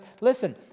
Listen